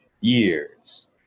years